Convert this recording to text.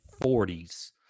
forties